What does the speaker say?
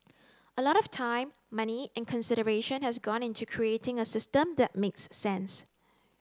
a lot of time money and consideration has gone into creating a system that makes sense